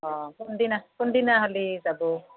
অ কোনদিনা কোনদিনা হ'লি যাব